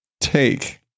take